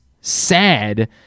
sad